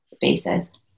basis